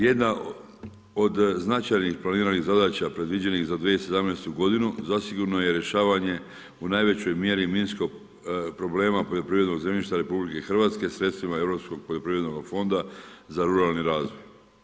Jedna od značajnih planiranih zadaća predviđenih za 2017. godinu zasigurno je rješavanje u najvećoj mjeri minsko problema poljoprivrednog zemljišta RH sredstvima Europskog poljoprivrednoga fonda za ruralni razvoj.